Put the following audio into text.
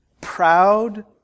Proud